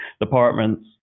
departments